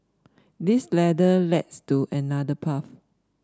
this ladder leads to another path